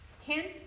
Hint